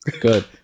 Good